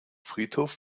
friedhof